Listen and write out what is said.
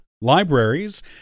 libraries